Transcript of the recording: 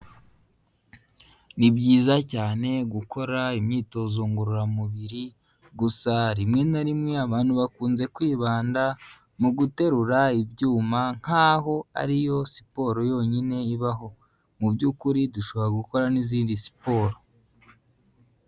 Ni byiza cyane gukora imyitozo ngororamubiri, gusa rimwe na rimwe abantu bakunze kwibanda mu guterura ibyuma nk'aho ariyo siporo yonyine ibaho, mu by'ukuri dushobora gukora n'izindi siporo.